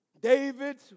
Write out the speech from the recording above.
David